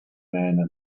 man